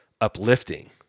uplifting